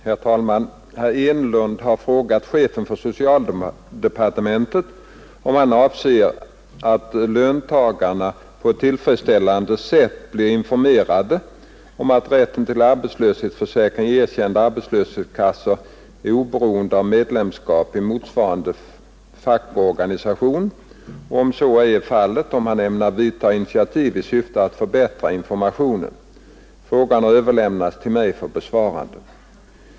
Herr talman! Herr Enlund har frågat chefen för socialdepartementet, om han anser att löntagarna på ett tillfredsställande sätt blir informerade om att rätten till arbetslöshetsförsäkring i erkända arbetslöshetskassor är oberoende av medlemskap i motsvarande fackorganisation och, om så ej är fallet, om han ämnar ta initiativ i syfte att förbättra informationen. Frågan har överlämnats till mig för besvarande.